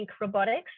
Robotics